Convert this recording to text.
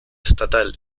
estatal